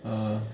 er